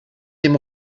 dem